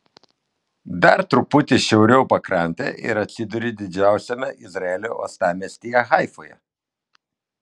dar truputį šiauriau pakrante ir atsiduri didžiausiame izraelio uostamiestyje haifoje